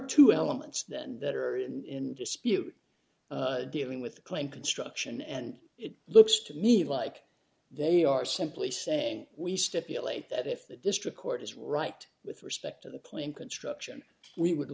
two elements then that are in dispute dealing with the claim construction and it looks to me like they are simply saying we stipulate that if the district court is right with respect to the plane construction we would